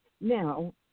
Now